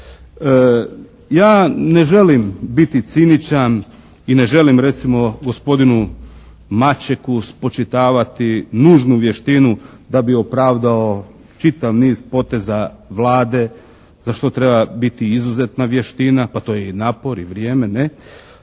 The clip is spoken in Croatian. Ja ne želim biti ciničan i ne želim recimo gospodinu Mačeku spočitavati nužnu vještinu da bi opravdao čitav niz poteza Vlade, za što treba biti izuzetna vještina. Pa to je i napor i vrijeme, ne?